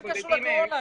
זה כן קשור לקורונה,